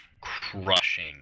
crushing